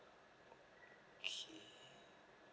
okay